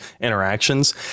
interactions